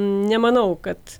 nemanau kad